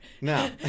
No